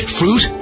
fruit